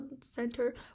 center